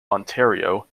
ontario